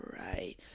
right